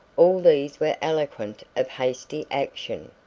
all these were eloquent of hasty action.